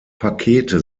pakete